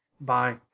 Bye